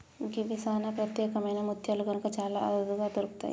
గివి సానా ప్రత్యేకమైన ముత్యాలు కనుక చాలా అరుదుగా దొరుకుతయి